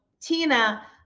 Tina